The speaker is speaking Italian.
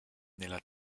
nella